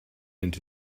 into